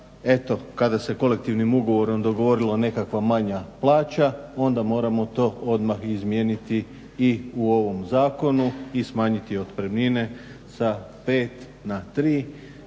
kada se kolektivnim ugovorom dogovorila nekakva manja plaća onda moramo to izmijeniti i u ovom zakonu i smanjiti otpremnine sa pet na